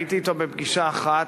הייתי אתו בפגישה אחת,